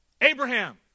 Abraham